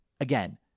Again